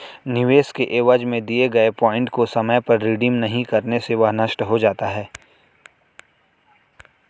निवेश के एवज में दिए गए पॉइंट को समय पर रिडीम नहीं करने से वह नष्ट हो जाता है